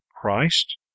Christ